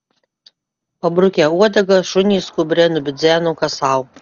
pabrukę uodegas šunys skubriai nubidzeno kas sau